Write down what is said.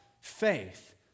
faith